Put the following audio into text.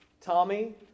Tommy